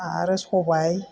आरो सबाय